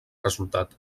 resultat